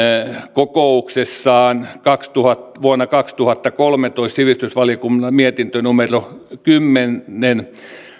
kokouksessaan vuonna kaksituhattakolmetoista sivistysvaliokunnan mietintö numero kymmenen